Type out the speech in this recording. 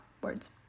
words